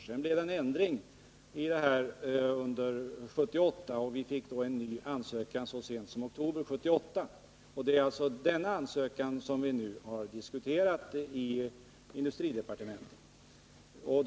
Det blev emellertid en ändring 1978, och vi fick in en ny ansökan så sent som i oktober 1978. Det är alltså denna ansökan som vi nu har diskuterat i industridepartementet.